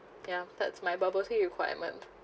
ya that's my bubble tea requirement